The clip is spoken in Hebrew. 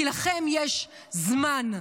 כי לכם יש זמן?